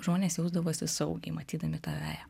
žmonės jausdavosi saugiai matydami tą veją